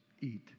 eat